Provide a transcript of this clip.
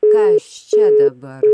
kas čia dabar